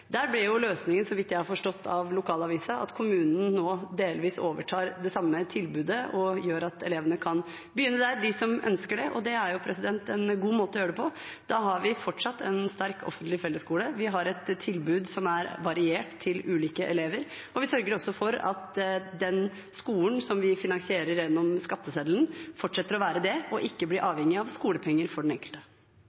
løsningen, så vidt jeg har forstått ut i fra lokalavisen, at kommunen nå delvis overtar det samme tilbudet, noe som gjør at de elevene som ønsker det, kan begynne der. Det er en god måte å gjøre det på. Da har vi fortsatt en sterk offentlig fellesskole, vi har et tilbud til elevene som er variert, og vi sørger for at den skolen som vi finansierer over skatteseddelen, fortsetter å være det og ikke blir